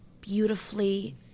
beautifully